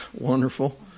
wonderful